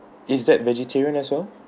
is that vegetarian as well